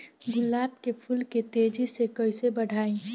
गुलाब के फूल के तेजी से कइसे बढ़ाई?